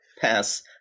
pass